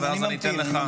ואז אני אתן לך.